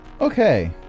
Okay